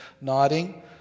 nodding